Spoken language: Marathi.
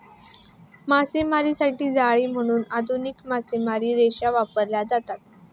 मासेमारीसाठी जाळी म्हणून आधुनिक मासेमारी रेषा वापरल्या जातात